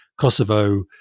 Kosovo